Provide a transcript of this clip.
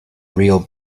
real